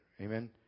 Amen